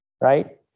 right